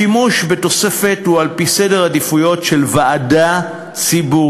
השימוש בתוספת הוא על-פי סדר עדיפויות של ועדה ציבורית.